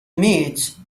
meat